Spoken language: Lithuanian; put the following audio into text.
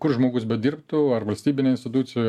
kur žmogus bedirbtų ar valstybinėj institucijoj